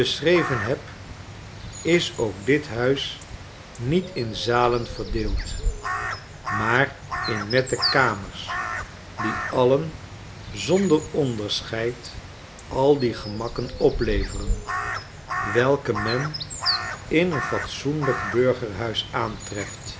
beschreven heb is ook dit huis niet in zalen verdeeld maar in nette kamers die alien zonderonderscheid al die gemakken opleveren welke men in een fatsoenlijk burgerhuis aantreft